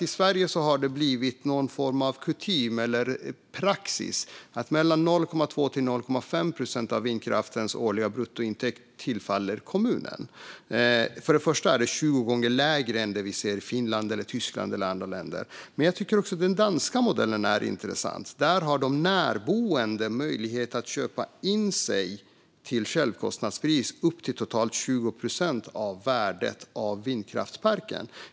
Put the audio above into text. I Sverige har det blivit någon form av kutym eller praxis att mellan 0,2 och 0,5 procent av vindkraftens årliga bruttointäkter tillfaller kommunen. Detta är 20 gånger lägre än i Finland, Tyskland och andra länder. Jag tycker också att den danska modellen är intressant. Där har de närboende möjlighet att till självkostnadspris köpa in sig i vindkraftsparken för upp till totalt 20 procent av dess värde.